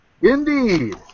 Indeed